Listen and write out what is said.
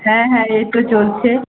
হ্যাঁ হ্যাঁ এই তো চলছে